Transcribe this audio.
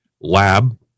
lab